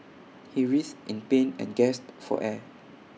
he writhed in pain and gasped for air